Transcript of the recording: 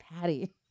Patty